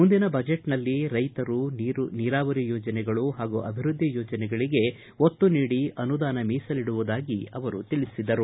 ಮುಂದಿನ ಬಜೆಟ್ನಲ್ಲಿ ರೈತರು ನೀರಾವರಿ ಯೋಜನೆಗಳು ಹಾಗೂ ಅಭಿವೃದ್ದಿ ಯೋಜನೆಗಳಿಗೆ ಒತ್ತು ನೀಡಿ ಅನುದಾನ ಮೀಸಲಿಡುವುದಾಗಿ ತಿಳಿಸಿದರು